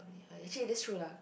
actually that's true lah